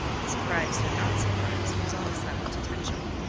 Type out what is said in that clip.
surprised and not surprised, was all silent attention.